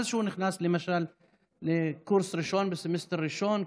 ואז כשהוא נכנס למשל לקורס ראשון בסמסטר ראשון,